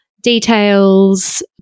details